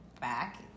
back